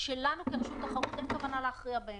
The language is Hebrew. שלנו ברשות התחרות אין כוונה להכריע בהן.